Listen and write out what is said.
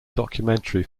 documentary